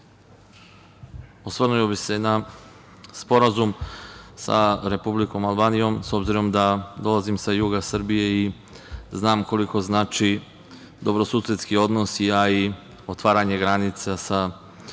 osvrnuo bih se na Sporazum sa Republikom Albanijom, s obzirom da dolazim sa juga Srbije i znam koliko znači dobrosusedski odnos, a i otvaranje granica sa susedima